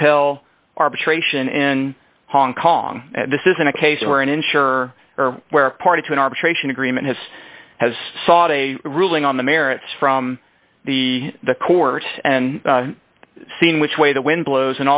compel arbitration in hong kong this isn't a case where an insurer or where a party to an arbitration agreement has has sought a ruling on the merits from the the court and seen which way the wind blows